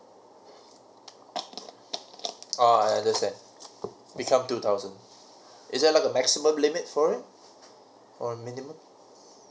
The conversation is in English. oh I understand become two thousand is there like a maximum limit for it or minimum